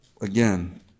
again